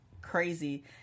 crazy